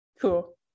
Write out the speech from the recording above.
Cool